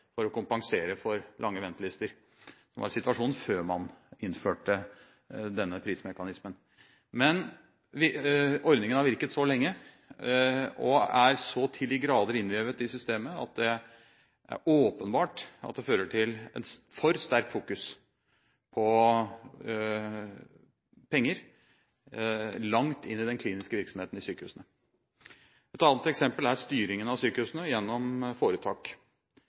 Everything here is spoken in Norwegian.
for å kompensere for lange ventelister, som var situasjonen før man innførte denne prismekanismen. Men ordningen har virket så lenge og er så til de grader innvevet i systemet at det er åpenbart at det fører til et for sterkt fokus på penger langt inn i den kliniske virksomheten i sykehusene. Et annet eksempel er styringen av sykehusene gjennom foretak,